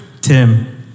Tim